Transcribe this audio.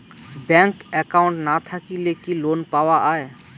Bank account না থাকিলে কি লোন পাওয়া য়ায়?